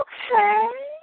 Okay